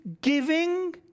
giving